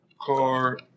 car